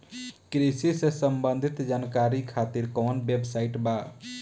कृषि से संबंधित जानकारी खातिर कवन वेबसाइट बा?